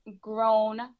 grown